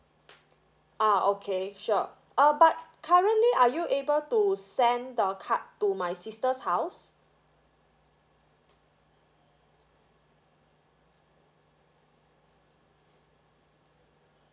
ah okay sure uh but currently are you able to send the card to my sister's house